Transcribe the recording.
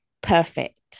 perfect